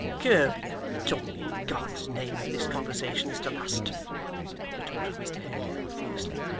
curb your tongue, in god's name, if this conversation is to last retorted mr haredale fiercely.